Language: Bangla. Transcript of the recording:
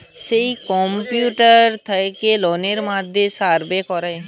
যেই ক্যাপিটালটা থাকে লোকের মধ্যে সাবের করা